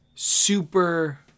Super